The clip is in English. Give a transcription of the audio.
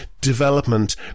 development